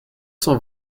cent